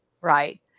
Right